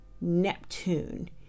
Neptune